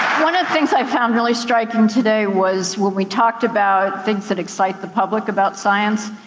one of the things i found really striking today was when we talked about things that excite the public about science.